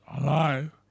alive